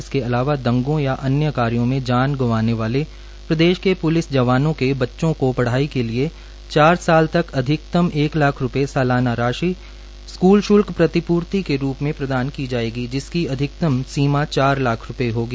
इसके अलावा दंगों या अन्य कार्यो में जान गंवाने वाले प्रदेश के प्लिस जवानों के बच्चों को पढ़ाई के लिए चार साल तक अधिकतम एक लाख रूपये सलाना राशि स्कूल श्ल्क प्रतिपूर्ति के रूप में प्रदान की जायेगी जिसकी अधिकतम सीमा चार लाख रूप्ये होगी